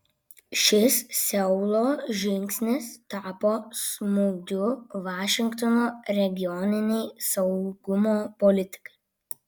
šis seulo žingsnis tapo smūgiu vašingtono regioninei saugumo politikai